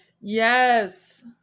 Yes